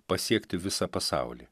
pasiekti visą pasaulį